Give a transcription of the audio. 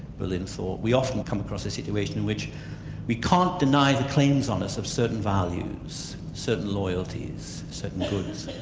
berlin thought, we often come across a situation in which we can't deny the claims on us of certain values, values, certain loyalties, certain goods.